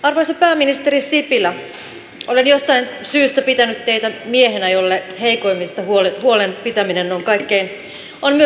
arvoisa pääministeri sipilä olen jostain syystä pitänyt teitä miehenä jolle heikoimmista huolen pitäminen on myös tärkeää